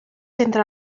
entre